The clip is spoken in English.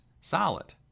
solid